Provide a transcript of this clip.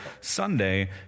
Sunday